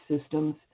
systems